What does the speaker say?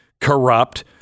corrupt